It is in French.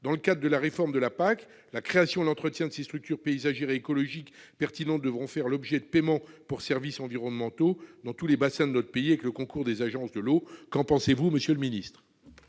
Dans le cadre de la réforme de la PAC, la création et l'entretien de ces structures paysagères et écologiques pertinentes devraient faire l'objet de paiements pour services environnementaux dans tous les bassins de notre pays, avec le concours des agences de l'eau. Qu'en pensez-vous ? La parole est à